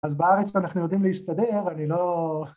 אז בארץ אנחנו יודעים להסתדר, אני לא...